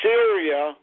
Syria